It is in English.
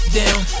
down